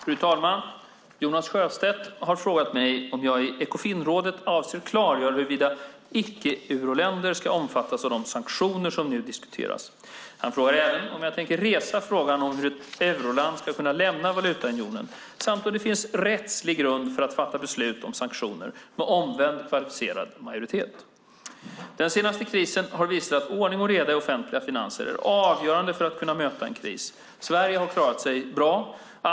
Fru talman! Jonas Sjöstedt har frågat mig om jag i Ekofinrådet avser att klargöra huruvida icke-euroländer ska omfattas av de sanktioner som nu diskuteras. Han frågar även om jag tänker resa frågan om hur ett euroland ska kunna lämna valutaunionen samt om det finns rättslig grund för att fatta beslut om sanktioner med omvänd kvalificerad majoritet. Den senaste krisen har visat att ordning och reda i de offentliga finanserna är avgörande för att kunna möta en kris. Sverige har klarat sig bra.